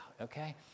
okay